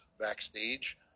backstage